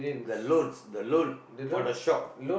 the loans the loan for the shop